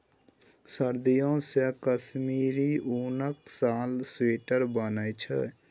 सदियों सँ कश्मीरी उनक साल, स्वेटर बनै छै